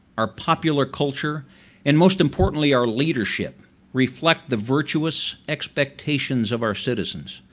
our popular culture and most importantly our leadership reflect the virtuous expectations of our citizens,